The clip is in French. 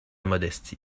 modestie